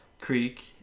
Creek